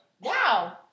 Wow